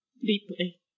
deeply